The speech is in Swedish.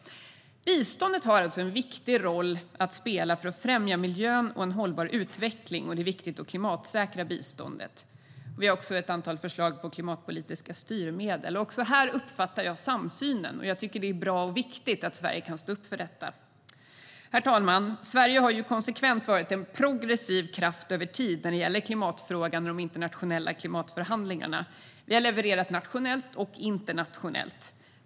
Biståndet har alltså en viktig roll att spela för att främja miljön och en hållbar utveckling. Det är viktigt att klimatsäkra biståndet. Vi har också ett antal förslag på klimatpolitiska styrmedel. Också här uppfattar jag samsynen. Det är bra och viktigt att Sverige kan stå upp för detta. Sverige har konsekvent varit en progressiv kraft över tid när det gäller klimatfrågan och de internationella klimatförhandlingarna. Vi har levererat nationellt och internationellt.